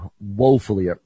woefully